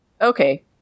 Okay